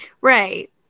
Right